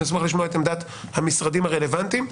אני אשמח לשמוע את עמדת המשרדים הרלוונטיים.